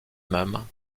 même